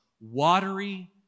watery